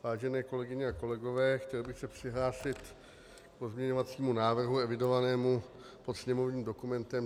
Vážené kolegyně a kolegové, chtěl bych se přihlásit k pozměňovacímu návrhu evidovanému pod sněmovním dokumentem 4659.